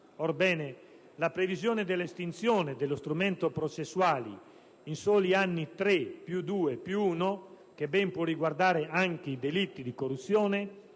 Orbene, la previsione dell'estinzione dello strumento processuale in soli anni tre, più due, più uno e mezzo, che ben può riguardare anche i delitti di corruzione,